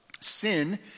Sin